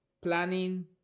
planning